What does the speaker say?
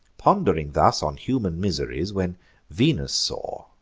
pond'ring thus on human miseries, when venus saw,